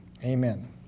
Amen